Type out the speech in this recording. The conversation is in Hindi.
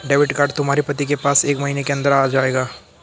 डेबिट कार्ड तुम्हारे पति के पास एक महीने के अंदर आ जाएगा